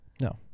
No